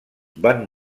van